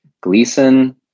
Gleason